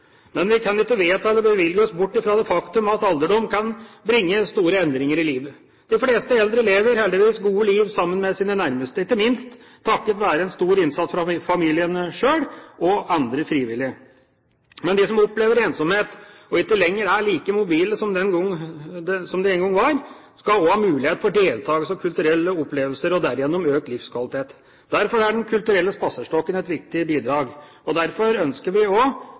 Men vi kan ikke vedta eller bevilge oss bort fra det faktum at alderdom kan bringe store endringer i livet. De fleste eldre lever heldigvis gode liv sammen med sine nærmeste, ikke minst takket være en stor innsats fra familiene sjøl og andre frivillige. Men de som opplever ensomhet, og ikke lenger er like mobile som de en gang var, skal også ha mulighet for deltakelse og kulturelle opplevelser og derigjennom økt livskvalitet. Derfor er Den kulturelle spaserstokken et viktig bidrag. Derfor ønsker vi også – og